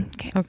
Okay